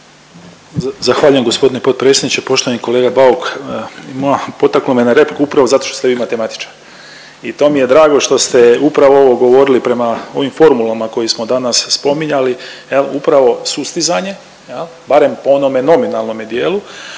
Zahvaljujem gospodine potpredsjedniče. Poštovani kolega Bauk, potaklo me na repliku upravo zato što ste vi matematičar i to mi je drago što ste upravo ovo govorili prema ovim formulama koje smo danas spominjali, upravo sustizanje barem u onome nominalnome dijelu,